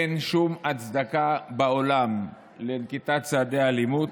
אין שום הצדקה בעולם לנקיטת צעדי אלימות.